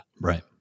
Right